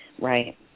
Right